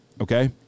Okay